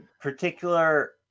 Particular